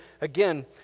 again